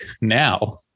now